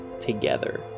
together